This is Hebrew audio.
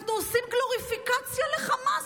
אנחנו עושים גלוריפיקציה לחמאס,